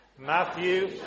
Matthew